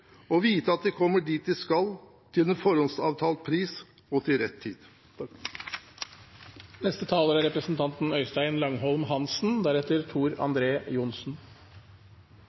og vite at de kommer dit de skal, til en forhåndsavtalt pris og til rett tid.